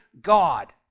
God